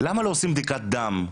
למה לא עושים בדיקת דם?